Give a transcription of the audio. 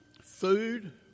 Food